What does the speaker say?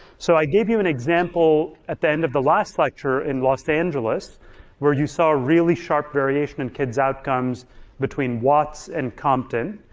so i gave you an example at the end of the last lecture in los angeles where you saw really sharp variation in kids' outcomes between watts and compton.